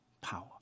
power